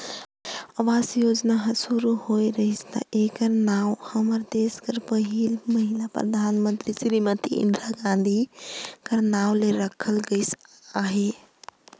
आवास योजना हर सुरू होए रहिस ता एकर नांव हमर देस कर पहिल महिला परधानमंतरी सिरीमती इंदिरा गांधी कर नांव ले राखल गइस अहे